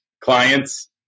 clients